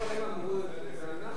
לא הם אמרו את זה,